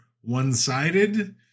one-sided